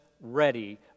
ready